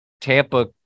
Tampa